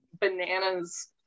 bananas